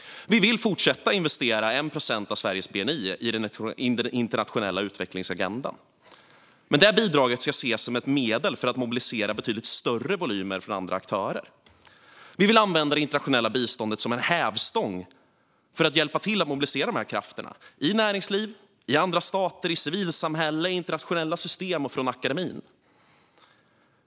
Vi vill fortsätta att investera 1 procent av Sveriges bni i den internationella utvecklingsagendan. Men bidraget ska ses som ett medel för att mobilisera betydligt större volymer från andra aktörer. Vi vill använda det internationella biståndet som en hävstång för att hjälpa till att mobilisera dessa krafter i näringsliv, andra stater, civilsamhälle, internationella system och akademin.